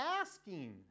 asking